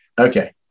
Okay